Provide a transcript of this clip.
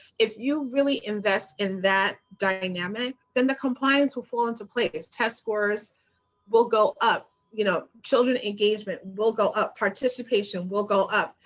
if you really invest in that dynamic, then the compliance will fall into place. test scores will go up. you know, children engagement will go up. participation will go up.